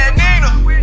nina